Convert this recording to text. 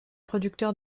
producteur